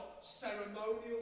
Ceremonial